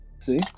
See